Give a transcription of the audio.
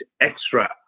extra